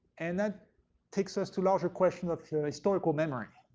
and that takes us to larger questions of historical memory.